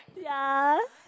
yes